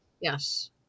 yes